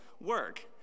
work